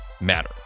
matter